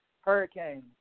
hurricane